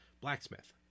blacksmith